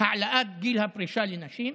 העלאת גיל הפרישה לנשים,